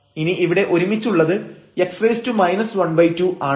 ഇനി ഇവിടെ ഒരുമിച്ചുള്ളത് x ½ ആണ്